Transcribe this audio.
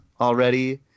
already